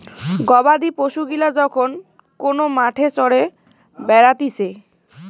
গবাদি পশু গিলা যখন কোন মাঠে চরে বেড়াতিছে